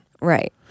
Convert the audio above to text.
Right